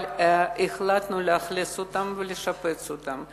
אבל החלטנו לאכלס אותן ולשפץ אותן.